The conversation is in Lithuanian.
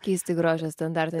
keisti grožio standartai